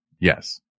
Yes